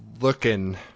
looking